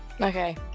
okay